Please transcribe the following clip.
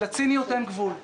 לציניות אין גבול.